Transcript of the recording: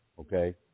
okay